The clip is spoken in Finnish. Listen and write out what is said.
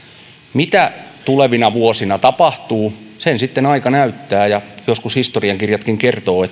mitä tulevina vuosina tapahtuu sen sitten aika näyttää ja joskus historian kirjatkin kertovat